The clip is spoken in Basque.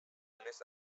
onez